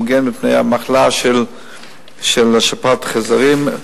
מוגן מפני המחלה של שפעת החזירים.